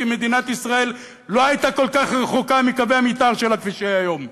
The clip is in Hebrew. כי מדינת ישראל לא הייתה רחוקה מקווי המתאר שלה יותר מכפי שהיא היום,